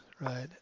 right